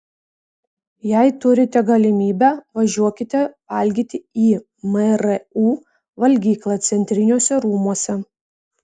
jei turite galimybę važiuokite valgyti į mru valgyklą centriniuose rūmuose